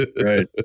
right